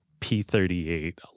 P-38